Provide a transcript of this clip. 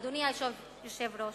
אדוני היושב-ראש,